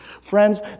Friends